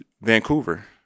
Vancouver